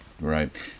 Right